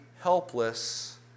helpless